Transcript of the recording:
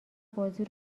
بازی